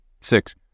Six